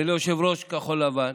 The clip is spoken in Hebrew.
וליושב-ראש כחול לבן